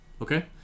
okay